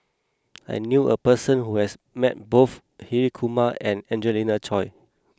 I knew a person who has met both Hri Kumar and Angelina Choy